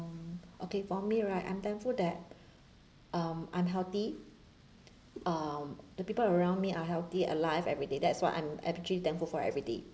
okay for me right I'm thankful that um I'm healthy um the people around me are healthy alive everyday that's what I'm I'm actually thankful for every day